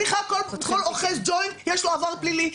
כל אוחז ג'וינט יש לו עבר פלילי,